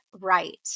right